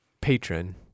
Patron